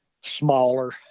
smaller